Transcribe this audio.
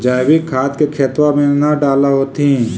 जैवीक खाद के खेतबा मे न डाल होथिं?